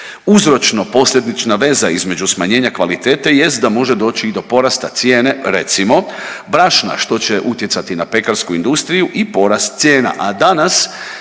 Uzročno posljedična veza između smanjenje kvalitete jest da može doći i do porast cijene recimo brašna što će utjecati na pekarsku industriju i porast cijena.